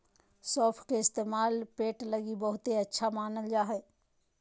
सौंफ के इस्तेमाल पेट लगी बहुते अच्छा मानल जा हय